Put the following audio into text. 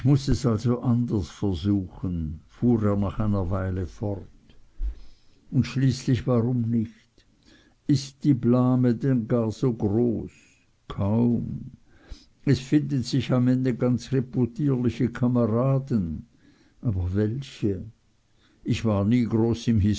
muß es also anders versuchen fuhr er nach einer weile fort und schließlich warum nicht ist die blme denn gar so groß kaum es finden sich am ende ganz reputierliche kameraden aber welche ich war nie groß im